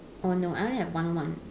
oh no I only have one one